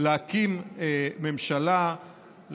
להקים ממשלה,